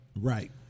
Right